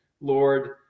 Lord